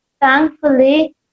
thankfully